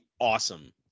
awesome